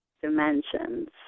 dimensions